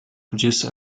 produce